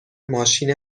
ماشین